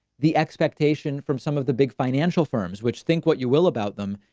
the expectation from some of the big financial firms which think what you will about them.